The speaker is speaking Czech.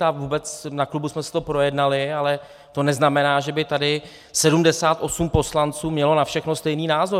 A vůbec, na klubu jsme si to projednali, ale to neznamená, že by tady 78 poslanců mělo na všechno stejný názor.